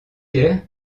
hier